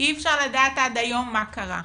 אי אפשר לדעת עד היום מה קרה.